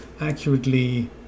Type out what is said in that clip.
accurately